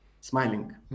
smiling